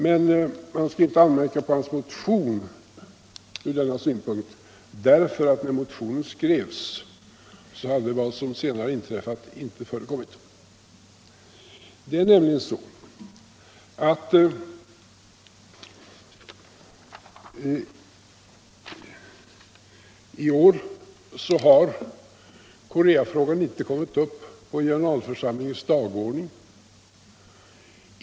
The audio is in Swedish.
Men jag skall inte anmärka på hans motion ur denna synpunkt, diärför att när den skrevs så hade det som senare inträffade inte förekommit. I år har nämligen inte Korcafrågan kommit upp på generalförsamlingens dagordning.